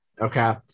Okay